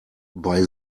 bei